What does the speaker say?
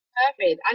perfect